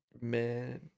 Man